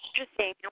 interesting